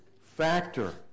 factor